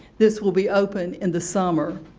this will be open in the summer.